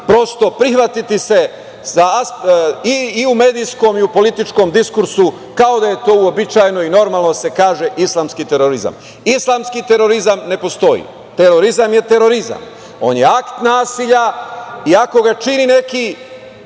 prosto prihvatiti se i u medijskom i u političkom diskursu kao da je to uobičajeno i normalno da se kaže islamski terorizam. Islamski terorizam ne postoji. Terorizam je terorizam, on je akt nasilja i ako ga čini neki